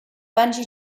bungee